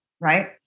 Right